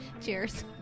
Cheers